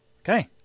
Okay